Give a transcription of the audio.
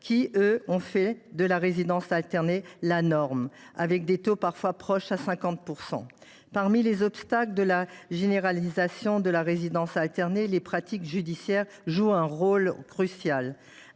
qui ont fait de la résidence alternée la norme, avec des taux parfois proches de 50 %. Parmi les obstacles à la généralisation de la résidence alternée, les pratiques judiciaires jouent un rôle crucial.